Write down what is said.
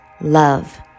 love